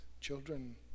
children